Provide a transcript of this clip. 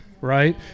Right